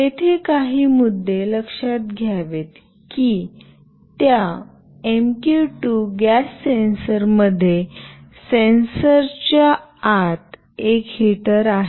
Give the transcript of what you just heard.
तेथे काही मुद्दे लक्षात घ्यावेत की त्या एमक्यू 2 गॅस सेन्सरमध्ये सेन्सरच्या आत एक हीटर आहे